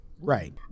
Right